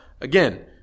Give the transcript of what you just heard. again